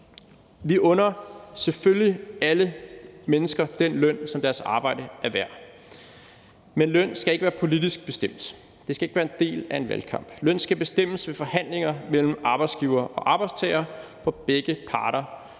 Vi under selvfølgelig alle mennesker den løn, som deres arbejde er værd. Men løn skal ikke være politisk bestemt. Det skal ikke være en del af en valgkamp. Løn skal bestemmes ved forhandlinger mellem arbejdsgivere og arbejdstagere, hvor begge parter